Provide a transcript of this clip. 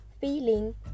feeling